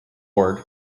ward